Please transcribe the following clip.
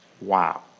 Wow